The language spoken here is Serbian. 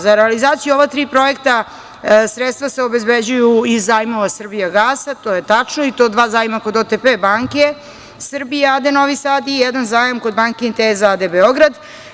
Za realizaciju ova tri projekta sredstva se obezbeđuju iz zajmova „Srbijagasa“, to je tačno, i to dva zajma kod OTP banke Srbija a.d. Novi Sad i jedan zajam kod banke „Inteza“ a.d. Beograd.